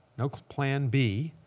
no plan b.